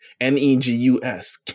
N-E-G-U-S